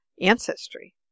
ancestry